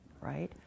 Right